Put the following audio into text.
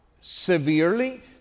severely